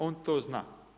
On to zna.